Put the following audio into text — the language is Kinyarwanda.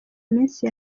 minsi